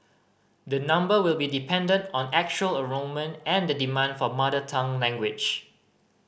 the number will be dependent on actual enrolment and the demand for mother tongue language